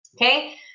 Okay